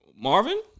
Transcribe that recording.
Marvin